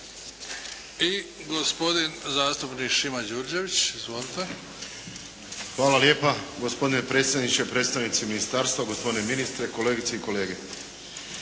I gospodin zastupnik Šima Đurđević. Izvolite. **Đurđević, Šimo (HDZ)** Hvala lijepa gospodine predsjedniče, predstavnici ministarstva, gospodine ministre, kolegice i kolege.